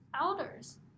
elders